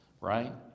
right